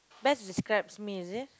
best describes me is it